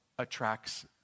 attracts